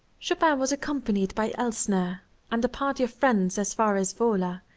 chopin was accompanied by elsner and a party of friends as far as wola,